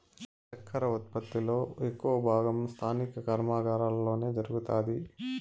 చక్కర ఉత్పత్తి లో ఎక్కువ భాగం స్థానిక కర్మాగారాలలోనే జరుగుతాది